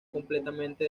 completamente